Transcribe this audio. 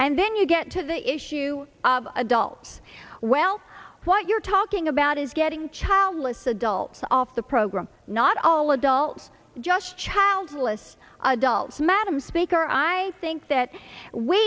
and then you get to the issue of adults well what you're talking about is getting childless adults off the program not all adults just childless adults madam speaker i think that we